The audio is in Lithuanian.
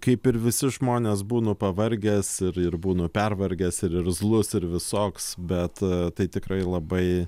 kaip ir visi žmonės būnu pavargęs ir ir būnu pervargęs ir irzlus ir visoks bet tai tikrai labai